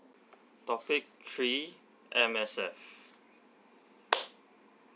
topic three M_S_F